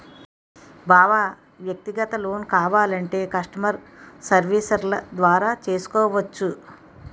బావా వ్యక్తిగత లోన్ కావాలంటే కష్టమర్ సెర్వీస్ల ద్వారా చెక్ చేసుకోవచ్చు